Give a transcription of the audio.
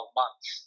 months